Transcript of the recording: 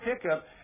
pickup